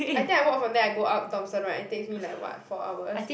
I think I walk from there I go up Thomson [right] it takes me like what four hours